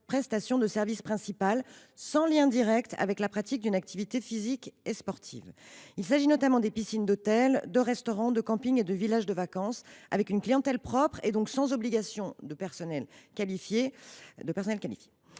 prestation de service principale, sans lien direct avec la pratique d’une activité physique et sportive. Il s’agit notamment des piscines d’hôtel, de restaurant, de camping et de village de vacances, dotées d’une clientèle propre et dont l’ouverture n’est pas